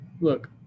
look